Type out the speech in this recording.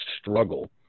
struggle